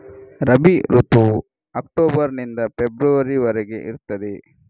ರಬಿ ಋತುವು ಅಕ್ಟೋಬರ್ ನಿಂದ ಫೆಬ್ರವರಿ ವರೆಗೆ ಇರ್ತದೆ